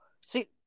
See